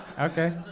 Okay